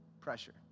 pressure